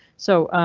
so